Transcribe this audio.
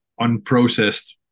unprocessed